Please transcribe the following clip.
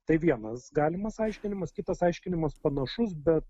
tai vienas galimas aiškinimas kitas aiškinimas panašus bet